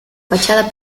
fachada